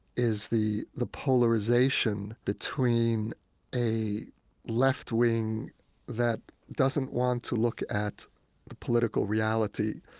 is the the polarization between a left wing that doesn't want to look at the political reality